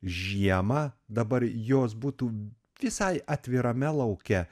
žiemą dabar jos būtų visai atvirame lauke